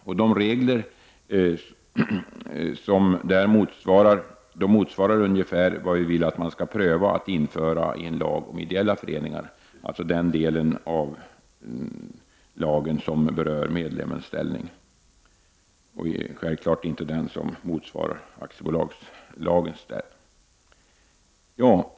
Dessa regler motsvarar ungefär dem vi vill att man skall pröva att införa i en lag om ideella föreningar — alltså den del av lagen som rör medlems ställning, självfallet inte den som motsvarar aktiebolagslagen.